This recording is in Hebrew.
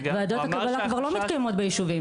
ועדות הקבלה כבר לא מתקיימות בישובים.